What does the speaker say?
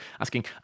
asking